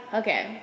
okay